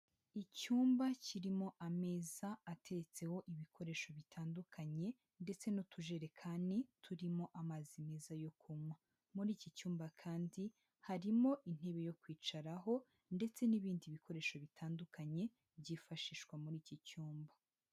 Icyumba kirimo ameza atetseho ibikoresho bitandukanye ndetse n'utujerekani turimo amazi meza yo kunywa, muri iki cyumba kandi harimo intebe yo kwicaraho ndetse n'ibindi bikoresho bitandukanye byifashishwa muri iki cyumba.